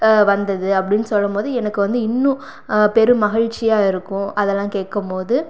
வந்தது அப்படின்னு சொல்லும்போது எனக்கு வந்து இன்னும் பெரும் மகிழ்ச்சியாக இருக்கும் அதெல்லாம் கேட்கம் போது